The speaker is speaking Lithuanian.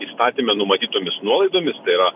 įstatyme numatytomis nuolaidomis tai yra